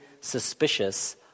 suspicious